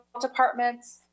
departments